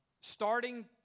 Starting